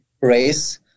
race